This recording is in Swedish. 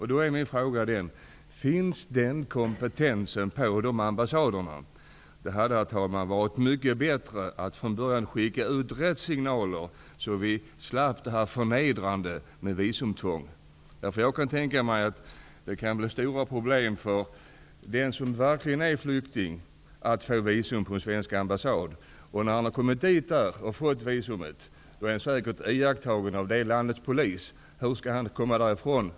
Jag undrar därför: Finns den kompetensen på dessa ambassader? Det hade, herr talman, varit mycket bättre att från början sända ut rätt signaler. Då hade vi sluppit detta förnedrande visumtvång. Jag kan tänka mig att det blir stora problem för den som verkligen är flykting att få visum på en svensk ambassad. När han har kommit dit och fått visum är han säkert iakttagen av landets polis. Hur skall han då komma från landet?